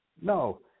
No